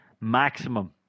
maximum